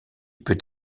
peut